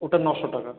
ওটা নশো টাকা